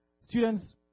students